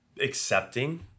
accepting